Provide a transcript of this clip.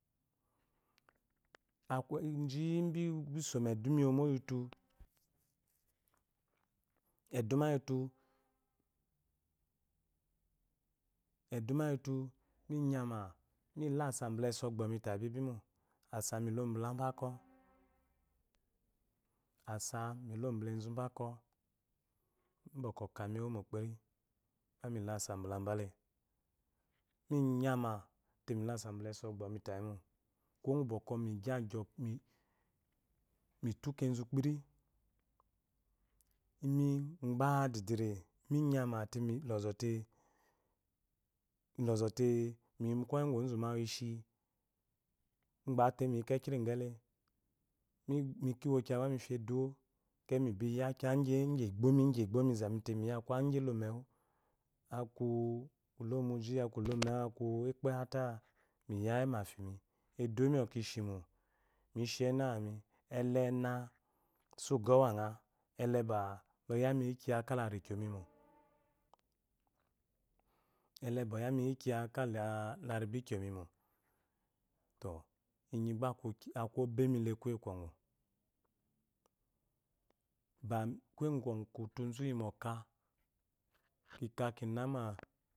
Akeyi ji mibiso meduma iwomo yitu eduma yilu eduma yitu minyama milo asa bala asɔgbomi tayi mo asa milo bala mba ako asa milo bala ezu bako bwɔkwɔ okami ewomo kpiri gba milo asabalabale minya milo asa bala asɔgbomitayimo kuwo gu bwɔkwɔ migyi a gyo mitu kezu kpiri imi gba didimi mi nyema tea lɔzɔte iɔzɔte miyimu kome ku ozumoawi ishi gbate mi kekiligbe le miko mokiya gbamifo eduwo nibi ya kiya gyi egbom gyi egbomi zamite miyawa ko akugyi lomewa aku ilomuji aku ilomewu aku ekproyata miya mefimi eduwomi yishimo mishiyi enewami dena sa ugɔwanga deba loyamu yikiya kalakyomimo deba yamiyikiya kalikyomimo tɔ inyi gba aku obemite kuye kwɔgu kuye kwɔgu ba utuzu yi mwoka kika kinama